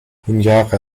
honiara